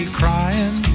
crying